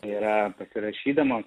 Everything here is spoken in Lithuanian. yra pasirašydamos